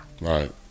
Right